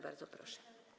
Bardzo proszę.